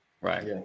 Right